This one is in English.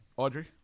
Audrey